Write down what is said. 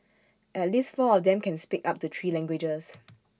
at least four of them can speak up to three languages